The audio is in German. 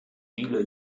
viele